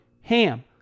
HAM